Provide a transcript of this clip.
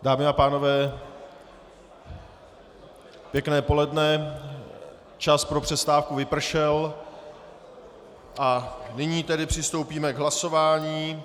Dámy a pánové, pěkné poledne, čas pro přestávku vypršel a nyní tedy přistoupíme k hlasování.